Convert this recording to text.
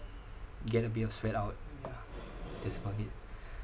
get a bit of sweat out that's about it